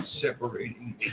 separating